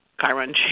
Chiron